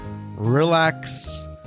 relax